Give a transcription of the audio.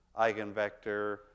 eigenvector